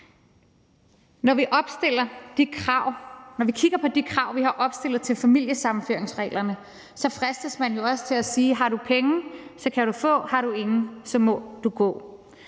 Når vi kigger på de krav, vi har opstillet i familiesammenføringsreglerne, fristes man jo til at sige: Har du penge, kan du få, men har du ingen, så må du gå.